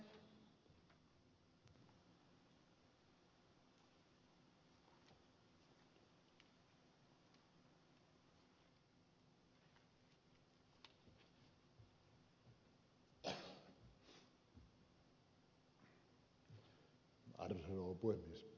arvoisa rouva puhemies